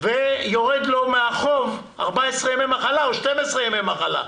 ויורד לו מהחוב 14 ימי מחלה או 12 ימי מחלה.